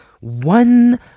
One